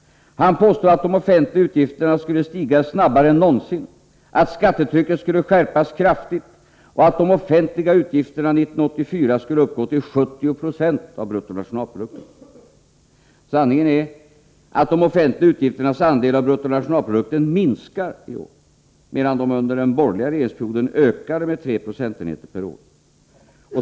Han påstod att de offentliga utgifterna skulle stiga snabbare än någonsin, att skattetrycket skulle skärpas kraftigt och att de offentliga utgifterna 1984 skulle uppgå till 70 90 av bruttonationalprodukten. Sanningen är att de offentliga utgifternas andel av bruttonationalprodukten nu minskar, medan de under den borgerliga regeringsperioden ökade med 3 procentenheter per år.